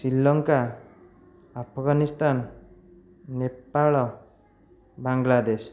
Sri Lanka Afghanistan Nepal Bangladesh